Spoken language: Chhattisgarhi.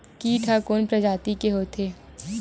कीट ह कोन प्रजाति के होथे?